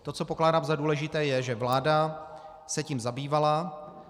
To, co pokládám za důležité je, že vláda se tím zabývala.